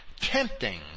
tempting